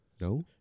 No